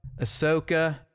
Ahsoka